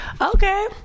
Okay